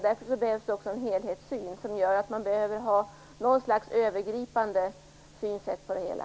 Därför behöver vi ha en helhetssyn och något slags övergripande syn på det hela.